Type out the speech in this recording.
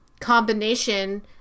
combination